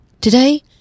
Today